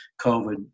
COVID